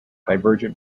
divergent